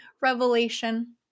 revelation